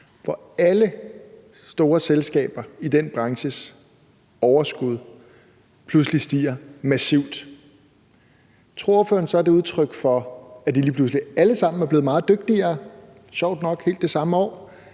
hvor alle store selskaber i den branches overskud pludselig stiger massivt, tror ordføreren så, det er udtryk for, at de lige pludselig alle sammen er blevet meget dygtigere - sjovt nok helt det samme år